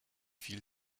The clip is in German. viel